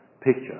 picture